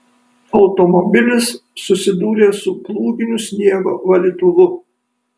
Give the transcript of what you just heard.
automobilis susidūrė su plūginiu sniego valytuvu